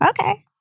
okay